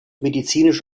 medizinisch